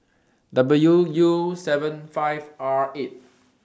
W U seven five R eight